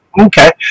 Okay